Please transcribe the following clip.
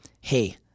hey